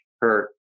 hurt